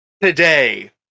Today